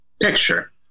picture